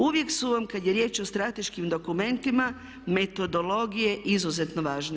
Uvijek su vam kada je riječ o strateškim dokumentima metodologije izuzetno važne.